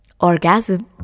Orgasm